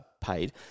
paid